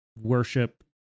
worship